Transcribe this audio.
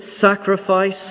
sacrifice